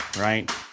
right